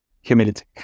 humility